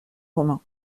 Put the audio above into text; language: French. romain